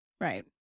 Right